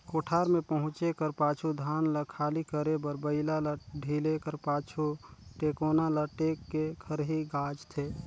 कोठार मे पहुचे कर पाछू धान ल खाली करे बर बइला ल ढिले कर पाछु, टेकोना ल टेक के खरही गाजथे